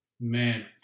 Man